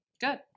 Good